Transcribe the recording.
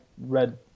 read